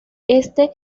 este